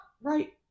right